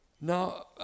Now